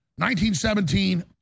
1917